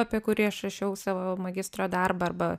apie kurį aš rašiau savo magistro darbą arba